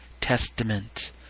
Testament